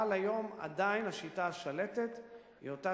אבל היום עדיין השיטה השלטת היא אותה